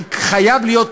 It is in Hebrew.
כי חייב להיות היגיון,